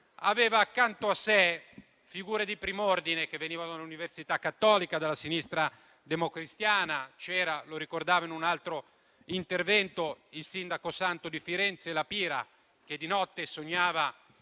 aveva accanto a sé figure di prim'ordine che venivano dall'Università Cattolica o dalla sinistra democristiana. Com'è stato ricordato in un altro intervento, c'era «il sindaco santo» di Firenze, La Pira, che di notte sognava